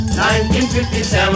1957